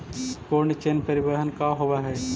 Cold chain परिवहन का होव हइ?